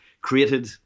created